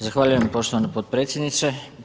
Zahvaljujem poštovana potpredsjednice.